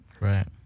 Right